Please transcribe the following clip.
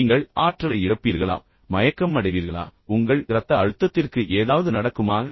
நீங்கள் ஆற்றலை இழப்பீர்களா அல்லது மயக்கம் அடைவீர்களா அல்லது இதனுடன் இணைந்து உங்கள் இரத்த அழுத்தத்திற்கு ஏதாவது நடக்குமா